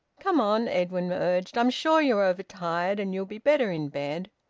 come on, edwin urged. i'm sure you're overtired, and you'll be better in bed.